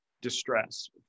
distress